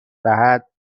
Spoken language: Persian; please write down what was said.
دهد